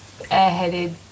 airheaded